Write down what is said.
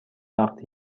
وقت